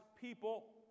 people